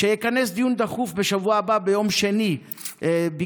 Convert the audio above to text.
כדי שיכנס דיון דחוף ביום שני בשבוע הבא.